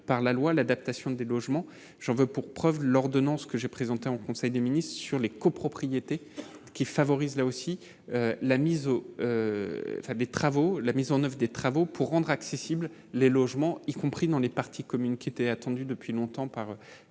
par la loi, l'adaptation des logements, j'en veux pour preuve l'ordonnance que j'ai présenté en conseil des ministres sur les copropriétés qui favorise la aussi, la mise au fin des travaux, la mise en oeuvre et des travaux pour rendre accessibles les logements, y compris dans les parties communes, qui était attendue depuis longtemps par